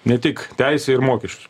ne tik teisę ir mokesčius